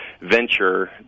venture